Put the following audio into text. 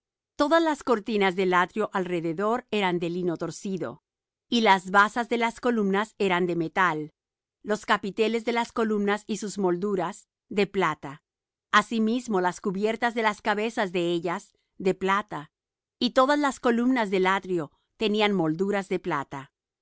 todas las cortinas del atrio alrededor eran de lino torcido y las basas de las columnas eran de metal los capiteles de las columnas y sus molduras de plata asimismo las cubiertas de las cabezas de ellas de plata y todas las columnas del atrio tenían molduras de plata